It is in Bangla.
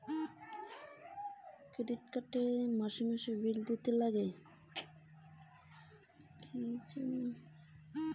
ক্রেডিট কার্ড এ কি মাসে মাসে বিল দেওয়ার লাগে?